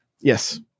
Yes